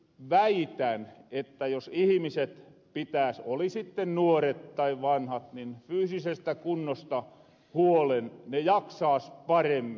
eli väitän että jos ihmiset pitääs oli sitten nuoret tai vanhat fyysisestä kunnosta huolen ne jaksaas paremmin